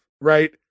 right